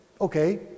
Okay